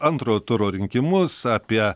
antrojo turo rinkimus apie